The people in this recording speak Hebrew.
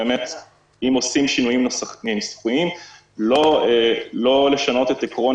אם עושים שינויים נוסחיים לא לשנות את עקרון